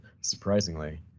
surprisingly